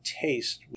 taste